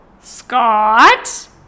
Scott